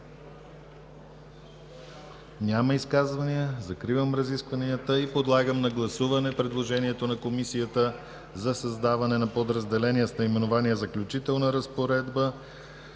Няма изказвания. Закривам разискванията. Предлагам на гласуване предложението на Комисията за създаване на подразделение с наименование „Заключителна разпоредба“,